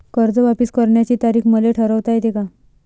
कर्ज वापिस करण्याची तारीख मले ठरवता येते का?